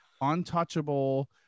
untouchable